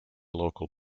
local